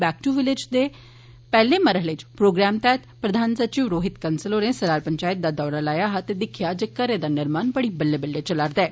back to village दे पैहले मरहले इच प्रोग्राम तैहत प्रधान सचिव रोहित कंसाल होरें सरार पंचैत दा दौरा लाया ते दिक्खेया जे घरे दा निर्माण बड़ी बल्ले बल्ले चला र दा ऐ